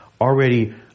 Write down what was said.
already